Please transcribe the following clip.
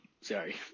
sorry